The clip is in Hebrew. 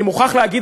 אני מוכרח להגיד,